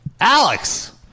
Alex